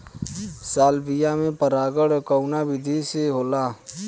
Salvia में परागण कउना विधि से होला?